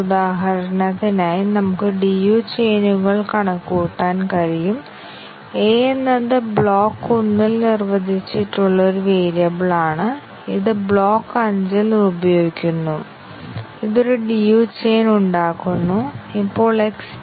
അതിനാൽ cyclomatic metric e n2 കണക്കുകൂട്ടുന്നതിനുള്ള ആദ്യ രീതി ഓട്ടോമേറ്റ് ചെയ്യുന്നത് നല്ലതാണ് e n2 ഉപയോഗിച്ച് സൈക്ലോമാറ്റിക് സങ്കീർണ്ണത കണക്കാക്കുന്ന ഒരു ചെറിയ പ്രോഗ്രാം എഴുതുക